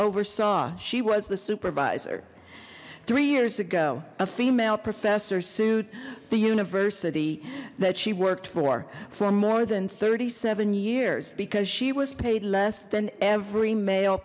oversaw she was the supervisor three years ago a female professor sued the university that she worked for for more than thirty seven years because she was paid less than every male